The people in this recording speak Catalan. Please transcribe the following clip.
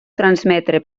transmetre